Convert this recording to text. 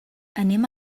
anem